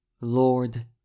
Lord